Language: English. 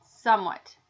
somewhat